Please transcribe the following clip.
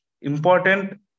important